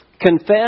confess